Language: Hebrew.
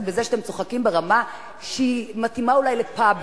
בזה שאתם צוחקים ברמה שמתאימה אולי לפאבים,